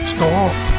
Stop